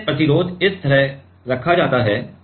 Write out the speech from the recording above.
इसलिए प्रतिरोध इस तरह रखा जाता है